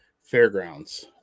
Fairgrounds